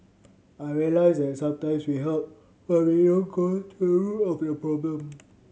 I realised that sometimes we help but we don't go to the root of the problem